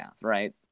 right